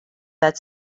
that